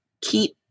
keep